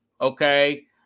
okay